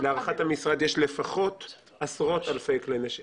המשרד יש לפחות עשרות אלפי כלי נשק.